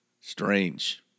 Strange